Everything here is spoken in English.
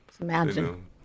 Imagine